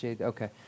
okay